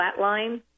flatline